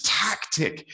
tactic